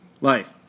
life